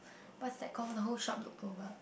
what's that called the whole shop look over